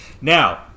Now